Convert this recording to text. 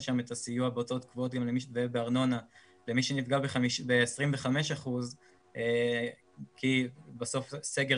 שם את הסיוע בהוצאות קבועות ובארנונה למי שנפגע ב-25% כי בסוף סגר